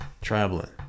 Traveling